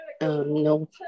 no